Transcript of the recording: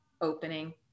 opening